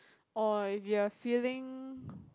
or if you are feeling